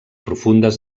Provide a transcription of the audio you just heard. profundes